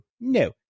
no